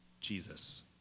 Jesus